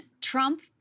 Trump